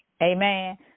Amen